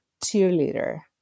cheerleader